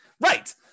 Right